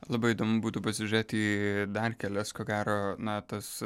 labai įdomu būtų pasižiūrėti į dar kelias ko gero na tas